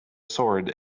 sword